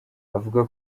avuga